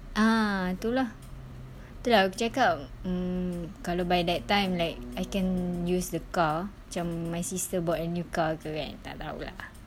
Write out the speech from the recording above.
ah tu lah tu lah aku cakap mm kalau by that time like I can use the car macam my sister bought a new car ke kan tak tahu lah